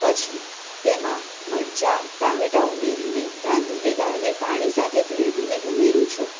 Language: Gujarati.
પછી તેમાં મરચા ટામેટા ઉમેરીને રાંધેલી દાળને પાણી સાથે ભેળવીને ઉમેરું છું